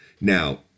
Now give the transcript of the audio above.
Now